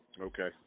Okay